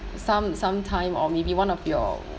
some some time or maybe one of your